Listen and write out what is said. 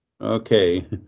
Okay